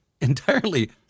entirely